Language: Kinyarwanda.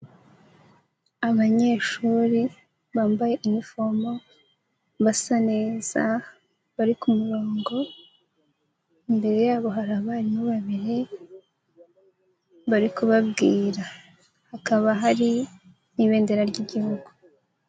Abanyeshuri bambaye inifomo basa neza bari ku murongo, imbere yabo hari abarimu babiri bari kubabwira, hakaba hari n'ibendera ry'Igihugu.